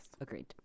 Agreed